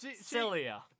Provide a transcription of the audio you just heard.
Cilia